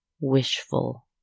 wishful